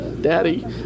Daddy